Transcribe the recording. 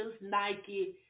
Nike